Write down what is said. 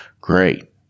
Great